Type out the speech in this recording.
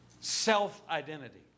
self-identity